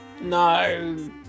no